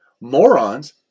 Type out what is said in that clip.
morons